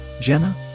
Jenna